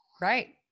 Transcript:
right